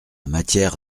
matière